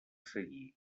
seguir